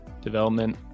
development